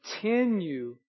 continue